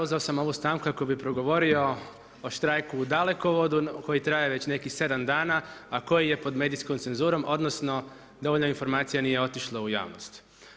Uzeo sam ovu stanku, kako bi progovorio o štrajku u dalekovodu, koji traje već nekih 7 dana a koji je pod medijskim cenzurom, odnosno, dovoljno informacija nije otišlo u javnost.